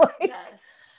Yes